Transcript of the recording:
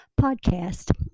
podcast